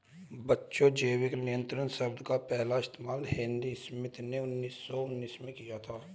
बच्चों जैविक नियंत्रण शब्द का पहला इस्तेमाल हेनरी स्मिथ ने उन्नीस सौ उन्नीस में किया था